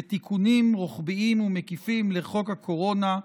ותיקונים רוחביים ומקיפים לחוק הקורונה,